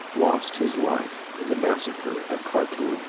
lost his life in the massacre at khartoum